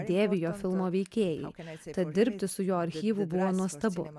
dėvi jo filmo veikėjai tad dirbti su juo archyvu buvo nuostabu